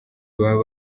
baba